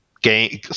game